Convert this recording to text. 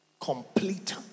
complete